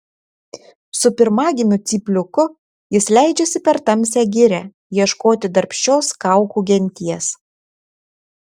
su pirmagimiu cypliuku jis leidžiasi per tamsią girią ieškoti darbščios kaukų genties